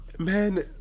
man